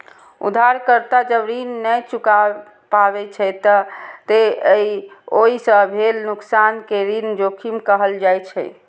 उधारकर्ता जब ऋण नै चुका पाबै छै, ते ओइ सं भेल नुकसान कें ऋण जोखिम कहल जाइ छै